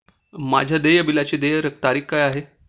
माझ्या देय बिलाची देय तारीख काय आहे?